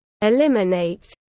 eliminate